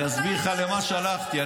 אני אסביר לך למה שלחתי.